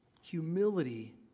Humility